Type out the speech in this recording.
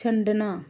ਛੱਡਣਾ